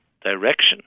direction